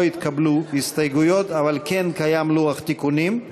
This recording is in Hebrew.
לא התקבלו הסתייגויות, אבל כן קיים לוח תיקונים.